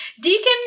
Deacon